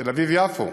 תל-אביב יפו,